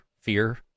fear